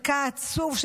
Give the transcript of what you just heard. חלקנו